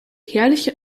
herrliche